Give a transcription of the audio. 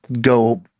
go